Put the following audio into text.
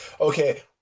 Okay